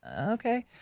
Okay